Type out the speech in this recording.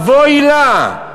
אבוי לה.